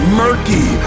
murky